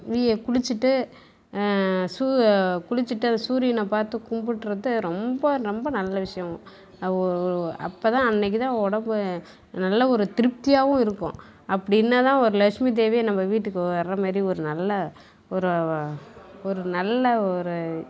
we குளிச்சிட்டு சூ குளிச்சிட்டு அது சூரியனை பார்த்து கும்பிட்றத ரொம்ப ரொம்ப நல்ல விஷயம் ஓ அப்போ தான் அன்றைக்கு தான் உடம்பு நல்லா ஒரு திருப்தியாவும் இருக்கும் அப்படி இருந்தால் தான் ஒரு லக்ஷ்மி தேவியே நம்ம வீட்டுக்கு வர மாதிரி ஒரு நல்ல ஒரு ஒரு நல்ல ஒரு